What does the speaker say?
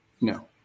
No